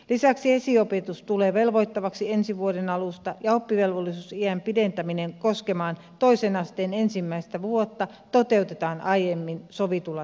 lisäksi esiopetus tulee velvoittavaksi ensi vuoden alusta ja oppivelvollisuusiän pidentäminen koskemaan toisen asteen ensimmäistä vuotta toteutetaan aiemmin sovitulla tavalla